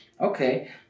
Okay